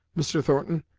mr. thornton,